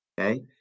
okay